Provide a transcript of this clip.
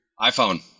iPhone